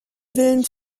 willen